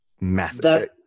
massive